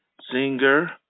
Singer